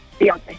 Beyonce